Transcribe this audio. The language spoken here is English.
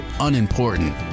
unimportant